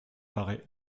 paraît